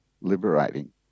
liberating